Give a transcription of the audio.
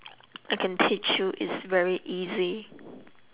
I can teach you it's very easy